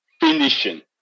Finishing